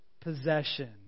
possession